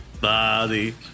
Body